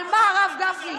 על מה, הרב גפני?